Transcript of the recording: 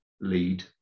lead